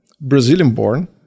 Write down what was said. Brazilian-born